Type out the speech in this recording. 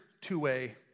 two-way